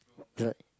the